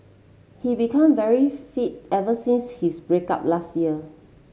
he become very fit ever since his break up last year